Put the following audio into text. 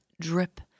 drip